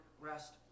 rest